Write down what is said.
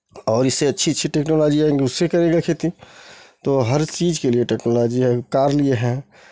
और इससे अच्छी अच्छी टेक्नोलॉजी आएंगी उससे करेगा खेती तो हर चीज़ के लिए टेक्नोलॉजी है कार लिए हैं